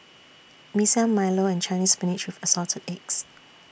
Mee Siam Milo and Chinese Spinach with Assorted Eggs